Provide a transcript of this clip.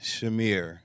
Shamir